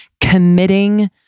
committing